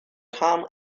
calm